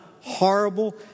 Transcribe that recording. horrible